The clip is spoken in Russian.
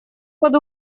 под